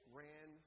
ran